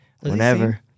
whenever